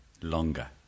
Longer